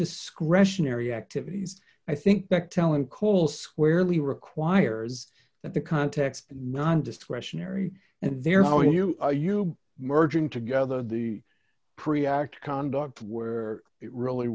discretionary activities i think bechtel and cole squarely requires that the context non discretionary and therefore you are you merging together the pre act to conduct where it really